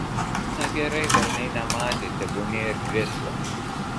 na gerai velniai nematė tebūnie ir krislas